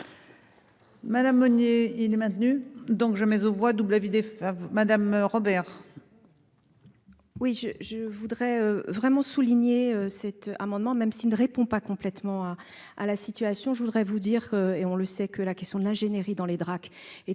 Madame Meunier il est maintenu, donc jamais aux voit double avis des femmes Madame Robert. Oui je je voudrais vraiment souligner cet amendement, même s'il ne répond pas complètement à la situation, je voudrais vous dire et on le sait, que la question de l'ingénierie dans les Drac est